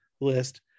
list